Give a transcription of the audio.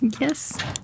Yes